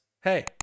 hey